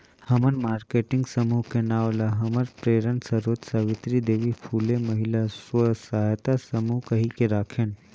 हमन मारकेटिंग समूह के नांव ल हमर प्रेरन सरोत सावित्री देवी फूले महिला स्व सहायता समूह कहिके राखेन